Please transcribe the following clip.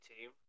Team